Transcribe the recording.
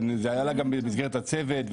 זה היה לה גם מסגרת הצוות,